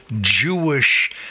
Jewish